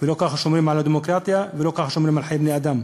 ולא ככה שומרים על הדמוקרטיה ולא ככה שומרים על חיי בני-אדם.